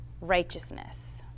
righteousness